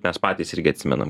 mes patys irgi atsimenam